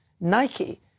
Nike